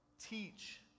teach